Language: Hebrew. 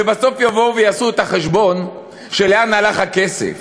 ובסוף יבואו ויעשו את החשבון של לאן הלך הכסף.